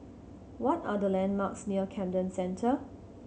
what are the landmarks near Camden Centre